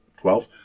Twelve